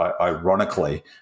ironically